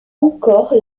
encore